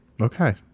Okay